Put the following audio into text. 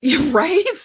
Right